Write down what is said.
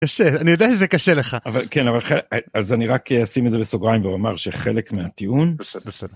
אני יודע איזה קשה לך אבל כן אז אני רק אשים את זה בסוגריים והוא אמר שחלק מהטיעון.